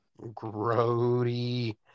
Grody